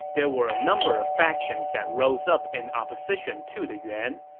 there were a number of factions that rose up in opposition to the yuan,